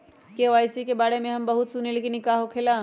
KYC के बारे में हम बहुत सुनीले लेकिन इ का होखेला?